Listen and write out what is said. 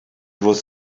was